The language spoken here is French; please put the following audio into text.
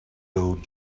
hauts